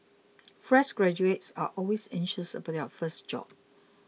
fresh graduates are always anxious about their first job